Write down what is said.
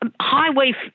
highway